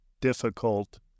difficult